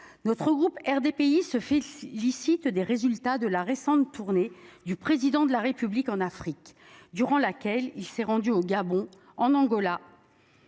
Notre groupe RDPI ce fils licite des résultats de la récente tournée du président de la République en Afrique durant laquelle il s'est rendu au Gabon en Angola.